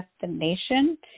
destination